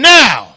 now